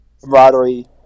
camaraderie